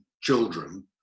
children